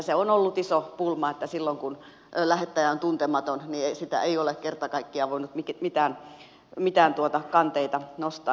se on ollut iso pulma että silloin kun lähettäjä on tuntematon ei ole kerta kaikkiaan voinut mitään kanteita nostaa